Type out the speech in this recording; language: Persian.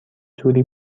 توری